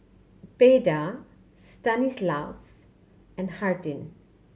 Beda Stanislaus and Hardin